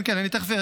כי, אתה יודע,